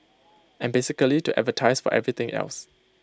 and basically to advertise for everything else